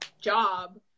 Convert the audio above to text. job